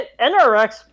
NRX